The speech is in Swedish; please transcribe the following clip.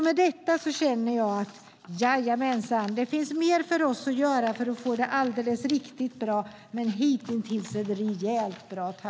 Med detta känner jag: Jajamänsan, det finns mer för oss att göra för att få det riktigt bra, men hitintills är det rejält bra.